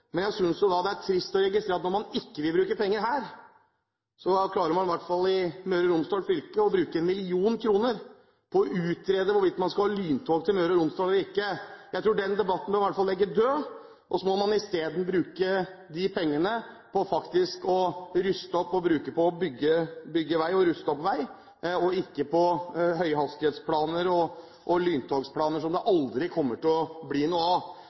Jeg synes det er trist å registrere at når man ikke vil bruke penger her, klarer man i hvert fall i Møre og Romsdal fylke å bruke 1 mill. kr på å utrede hvorvidt man skal ha lyntog til Møre og Romsdal eller ikke. Jeg tror vi bør legge den debatten død, og så må man i stedet bruke de pengene på å ruste opp og bygge vei og ikke på høyhastighetsplaner og lyntogsplaner som det aldri kommer til å bli noe av.